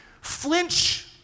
flinch